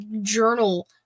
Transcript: journal